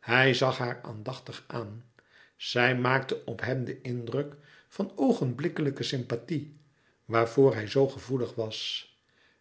hij zag haar aandachtig aan zij maakte op hem den indruk van oogenblikkelijke sympathie waarvoor hij zoo gevoelig was